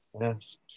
yes